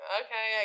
okay